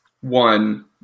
one